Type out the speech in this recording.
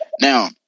now